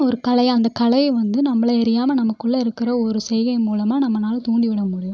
ஒரு கலை அந்த கலையை வந்து நம்மள அறியாமல் நமக்குள்ளே இருக்கிற ஒரு செய்கை மூலமாக நம்மனால் தூண்டி விட முடியும்